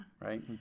Right